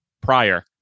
prior